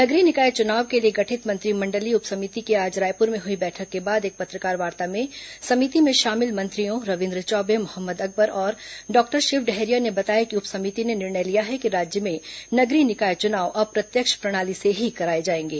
नगरीय निकाय चुनाव के लिए गठित मंत्रिमंडलीय उप समिति की आज रायपुर मे हुई बैठक के बाद एक पत्रकारवार्ता में समिति में शामिल मंत्रियों रविन्द्र चौबे मोहम्मद अकबर और डॉक्टर शिव डहरिया ने बताया कि उप समिति ने निर्णय लिया है कि राज्य में नगरीय निकाय चुनाव अप्रत्यक्ष प्रणाली से ही कराए जाएंगे